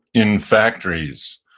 in factories,